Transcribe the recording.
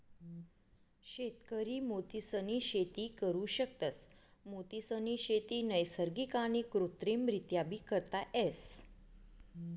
शेतकरी मोतीसनी शेती करु शकतस, मोतीसनी शेती नैसर्गिक आणि कृत्रिमरीत्याबी करता येस